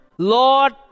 Lord